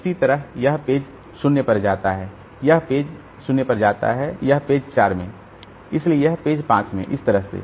इसी तरह यह पेज 0 पर जाता है यह पेज 0 पर जाता है यह पेज 4 में इसलिए यह पेज 5 में इस तरह से